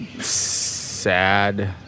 sad